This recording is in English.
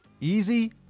easy